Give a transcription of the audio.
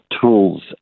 tools